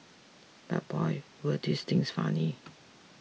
but boy were these things funny